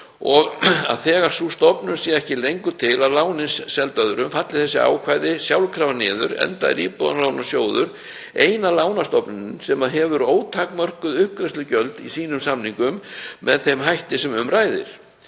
að þegar sú stofnun sé ekki lengur til og lánið selt öðrum falli þessi ákvæði sjálfkrafa niður, enda er Íbúðalánasjóður eina lánastofnunin sem hefur ótakmörkuð uppgreiðslugjöld í sínum samningum með þeim hætti sem um ræðir.